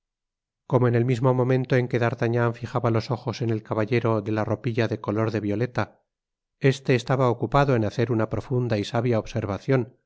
como en el mismo momento en que d'artagnan fijaba los ojos en el caballero de la ropilla de color de violeta este estaba ocupado en hacer una profunda y sabia observacion